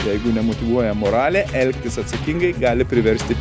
jeigu nemotyvuoja moralė elgtis atsakingai gali priversti